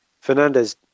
Fernandez